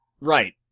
Right